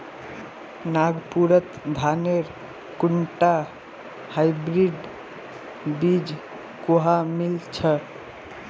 नागपुरत धानेर कुनटा हाइब्रिड बीज कुहा मिल छ